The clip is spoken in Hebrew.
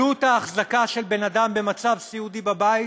עלות החזקה של בן אדם במצב סיעודי בבית